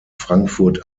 frankfurt